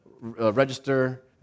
register